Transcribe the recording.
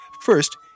First